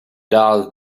does